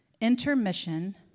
intermission